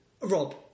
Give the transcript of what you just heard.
Rob